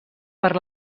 per